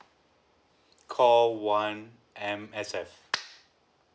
call one M_S_F